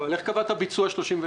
איך קבעת ביצוע 31 מיליארד?